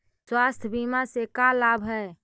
स्वास्थ्य बीमा से का लाभ है?